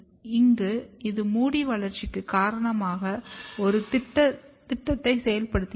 இங்கே இது முடி வளர்ச்சிக்கு காரணமான ஒரு திட்டத்தை செயல்படுத்துகிறது